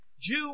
Jew